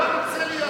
לא רוצה להיות.